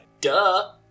Duh